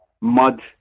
mud